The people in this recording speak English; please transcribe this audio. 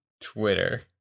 Twitter